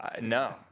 No